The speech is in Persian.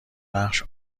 نقش